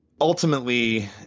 Ultimately